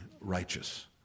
righteous